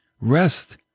rest